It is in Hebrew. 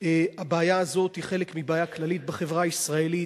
הבעיה הזאת היא חלק מבעיה כללית בחברה הישראלית,